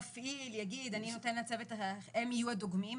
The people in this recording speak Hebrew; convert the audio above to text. מפעיל יגיד שהוא נותן לצוות, הם יהיו הדוגמים.